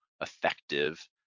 effective